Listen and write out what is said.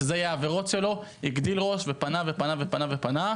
שזה יהיה העבירות שלו - הגדיל ראש ופנה ופנה ופנה.